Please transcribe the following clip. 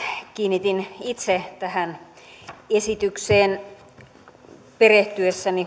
kiinnitin itse tähän esitykseen perehtyessäni